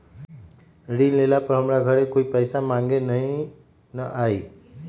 ऋण लेला पर हमरा घरे कोई पैसा मांगे नहीं न आई?